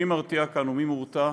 מי מרתיע כאן ומי מורתע?